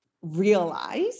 Realize